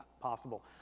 possible